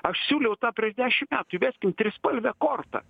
aš siūliau tą prieš dešim metų įveskim trispalvę kortą